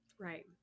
Right